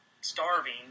starving